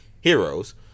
heroes